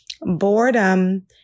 boredom